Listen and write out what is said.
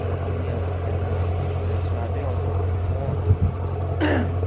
तर पनि अब खानाहरूको त स्वादै अर्को हुन्छ अब